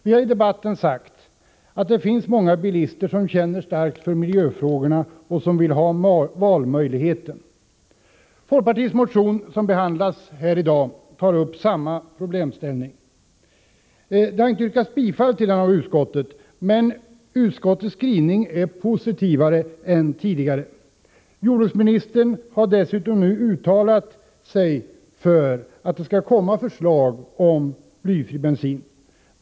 Vi har i debatten sagt att det finns många bilister som känner starkt för miljöfrågorna och som när det gäller bensinen vill ha valmöjlighet. Folkpartiets motion som behandlas här i dag tar upp denna problemställning. Utskottet har inte tillstyrkt motionen, men utskottets skrivning är positivare än tidigare. Jordbruksministern har nu dessutom uttalat att det skall komma förslag om blyfri bensin.